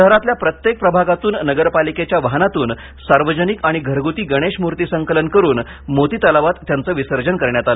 शहरातल्या प्रत्येक प्रभागातून नगरपालिकेच्या वाहनातून सार्वजनिक आणि घरगूती गणेश मूर्ती संकलन करुन मोतीतलावात त्यांचं विसर्जन करण्यात आलं